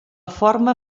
forma